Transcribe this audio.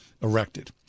erected